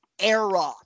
era